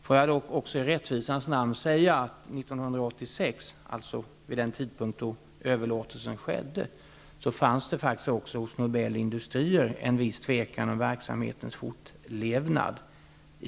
Låt mig dock också i rättvisans namn säga att det är 1986, alltså vid den tidpunkt då överlåtelsen skedde, faktiskt också hos Nobel Industrier fanns en viss tvekan om verksamhetens fortlevnad i